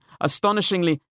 astonishingly